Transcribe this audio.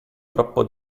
troppo